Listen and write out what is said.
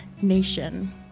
Nation